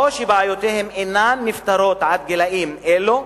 או שבעיותיהם אינן נפתרות עד גילים אלו,